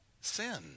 sin